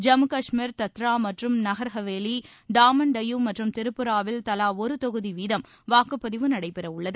ஜம்மு கஷ்மீர் தத்ரா மற்றும் நகர் ஹவேலி டாமன் டையூ மற்றும் திரிபுராவில் தவா ஒரு தொகுதி வீதம் வாக்குப்பதிவு நடைபெறவுள்ளது